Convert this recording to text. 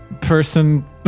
person